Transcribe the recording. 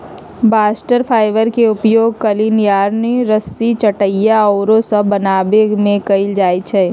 bast fibre के उपयोग कालीन, यार्न, रस्सी, चटाइया आउरो सभ बनाबे में कएल जाइ छइ